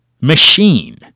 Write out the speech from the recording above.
machine